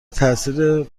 تاثیر